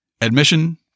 Admission